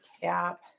Cap